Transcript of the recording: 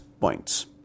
points